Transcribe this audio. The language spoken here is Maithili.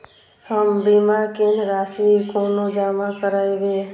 हम बीमा केँ राशि कोना जमा करबै?